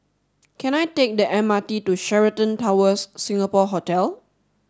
can I take the M R T to Sheraton Towers Singapore Hotel